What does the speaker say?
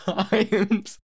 times